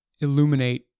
illuminate